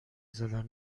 زدن